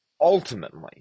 ultimately